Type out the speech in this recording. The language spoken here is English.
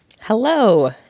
Hello